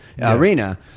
arena